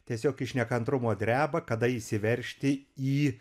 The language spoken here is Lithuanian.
tiesiog iš nekantrumo dreba kada įsiveržti į